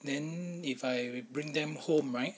then if I bring them home right